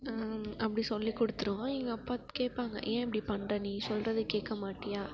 அப்படி சொல்லிக் கொடுத்துருவான் எங்கள் அப்பா கேட்பாங்க ஏன் இப்படி பண்ணுற நீ சொல்கிறத கேட்க மாட்டாயா